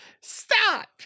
Stop